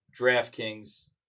DraftKings